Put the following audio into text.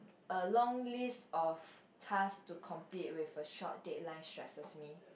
a long list of task to complete with a short deadline stresses me